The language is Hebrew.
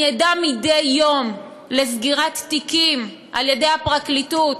אני עדה מדי יום לסגירת תיקים, על-ידי הפרקליטות,